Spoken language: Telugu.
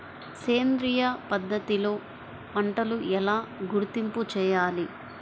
సేంద్రియ పద్ధతిలో పంటలు ఎలా గుర్తింపు చేయాలి?